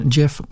Jeff